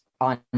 on